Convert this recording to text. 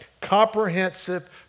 comprehensive